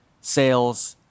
sales